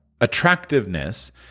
attractiveness